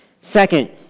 Second